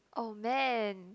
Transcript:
oh man